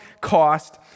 cost